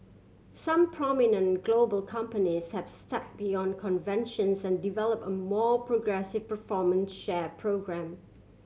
some prominent global companies have stepped beyond conventions and develop a more progressive performance share programme